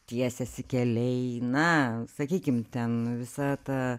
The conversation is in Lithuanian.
tiesiasi keliai na sakykim ten visa ta